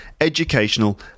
educational